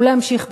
ולהמשיך בכך.